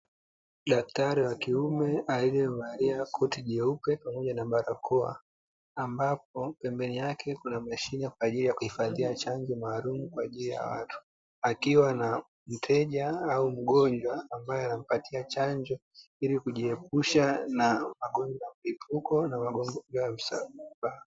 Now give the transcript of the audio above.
Daktari wa kiume aliyevalia koti jeupe pamoja na barakoa, Ambapo pembeni yake kuna mashine kwaajili ya kuhifadhia chanjo maalumu kwaajili ya watu, akiwa na mteja au mgonjwa ambae anampatia chanjo ili kujiepusha na magonjwa ya mlipuko na magonjwa ya kusambaa.